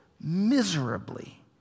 miserably